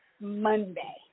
Monday